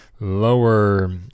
lower